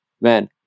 man